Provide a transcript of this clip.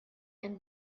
and